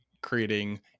creating